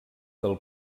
del